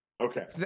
Okay